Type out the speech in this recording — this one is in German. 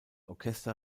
orchester